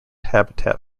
habitat